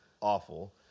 Awful